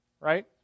right